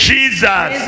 Jesus